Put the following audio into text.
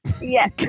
Yes